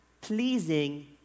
pleasing